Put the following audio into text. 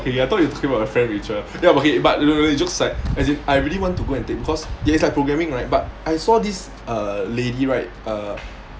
K I thought you talking about the friend rachel then okay okay jokes aside as in I really want to go and take cause it's like programming right but I saw this uh lady right uh